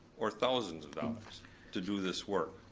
or thousands of dollars to do this work.